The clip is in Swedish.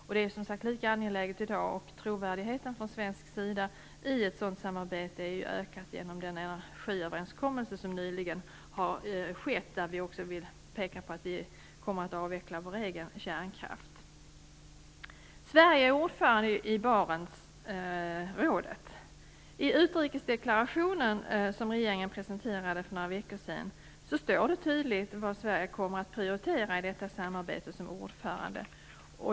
Det här är som sagt lika angeläget i dag, och trovärdigheten från svensk sida i ett sådant samarbete har ju ökat genom den energiöverenskommelse som nyligen har träffats och där vi kan peka på att vi kommer att avveckla vår egen kärnkraft. Sverige är ordförande i Barentsrådet. I utrikesdeklarationen, som regeringen presenterade för några veckor sedan, står tydligt vad Sverige som ordförande kommer att prioritera i detta samarbete.